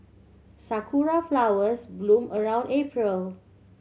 sakura flowers bloom around April